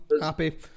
happy